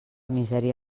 misèria